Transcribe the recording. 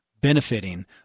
benefiting